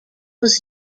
was